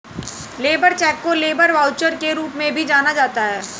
labour cheque को labour voucher के रूप में भी जाना जाता है